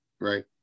Right